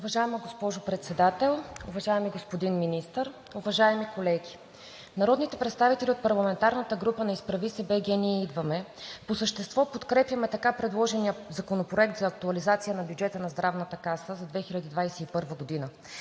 Уважаема госпожо Председател, уважаеми господин Министър, уважаеми колеги! Народните представители от парламентарната група на „Изправи се БГ! Ние идваме!“ по същество подкрепяме така предложения Законопроект за актуализация на бюджета на Здравната каса за 2021 г.